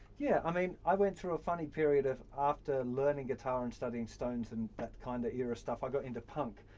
yeah, i mean i went through a funny period of after learning guitar and studying stones and that kind of era stuff, i got into punk.